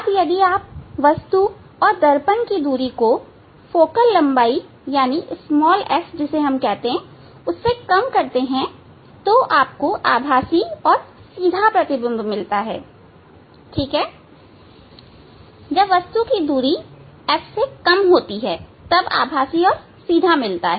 अब यदि आप वस्तु और दर्पण की दूरी को फोकल लंबाई f से कम करते हैं तो आपको आभासी और सीधा प्रतिबिंब मिलेगा जब वस्तु की दूरी f से कम होती है हमें आभासी और सीधा प्रतिबिंब मिलता है